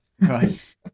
Right